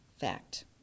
fact